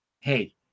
hey